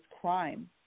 crime